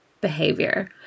behavior